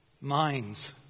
minds